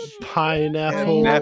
pineapple